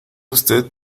usted